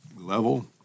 level